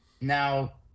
now